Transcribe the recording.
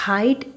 Height